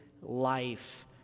life